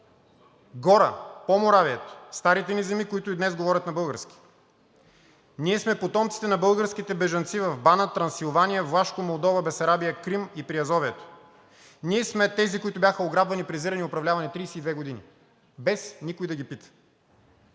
Гора, Поморавието – старите ни земи, които и днес говорят на български. Ние сме потомците на българските бежанци в Банат, Трансилвания, Влашко, Молдова, Бесарабия, Крим и Приазовието. Ние сме тези, които бяха ограбвани, презирани и управлявани 32 години, без никой да ги пита.